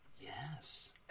Yes